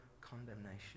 condemnation